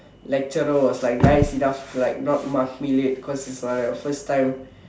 lecturer was like by is enough like not mark me late cause it's like a first time